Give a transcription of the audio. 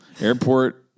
airport